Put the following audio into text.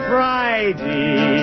Friday